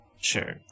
sure